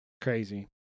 Crazy